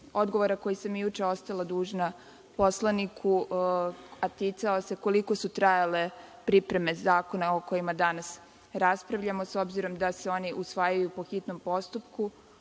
odgovora koji sam juče ostala dužna poslaniku, a ticao se koliko su trajale pripreme zakona o kojima danas raspravljamo, s obzirom da se oni usvajaju po hitnom postupku. Ono